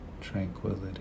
tranquility